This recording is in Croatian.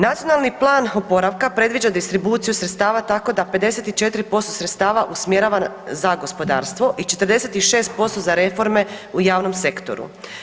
Nacionalni plan oporavka predviđa distribuciju sredstava tako da 54% sredstava usmjerava za gospodarstvo i 46% za reforme u javnom sektoru.